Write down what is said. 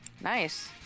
Nice